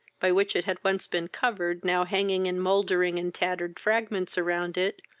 by which it had once been covered, now hanging in mouldering and tattered fragments around it,